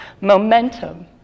momentum